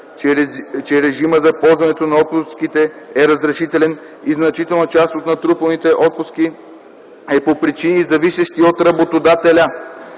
че режима за ползването на отпуските е разрешителен и значителна част от натрупаните отпуски е по причини, зависещи от работодателя.